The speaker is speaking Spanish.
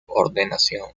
ordenación